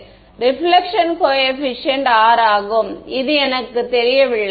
reflection coefficient R ஆகும் அது எனக்குத் தெரியவில்லை